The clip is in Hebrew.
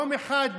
יום אחד,